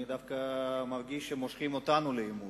אני דווקא מרגיש שמושכים אותנו לעימות.